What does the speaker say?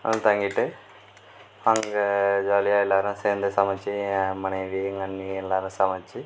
வந்து தங்கிட்டு அங்கே ஜாலியாக எல்லாரும் சேர்ந்து சமைச்சு ஏன் மனைவி எங்கே அண்ணிங்க எல்லாரும் சமைச்சு